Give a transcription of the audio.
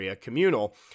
Communal